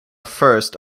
first